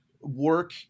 work